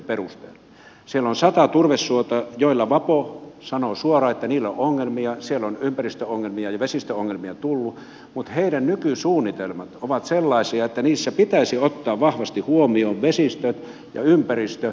siellä on sata turvesuota joista vapo sanoo suoraan että niillä on ongelmia siellä on ympäristöongelmia ja vesistöongelmia tullut mutta heidän nykysuunnitelmansa ovat sellaisia että niissä pitäisi ottaa vahvasti huomioon vesistöt ja ympäristö